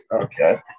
Okay